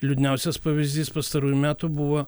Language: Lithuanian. liūdniausias pavyzdys pastarųjų metų buvo